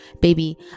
baby